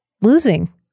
losing